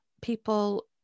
people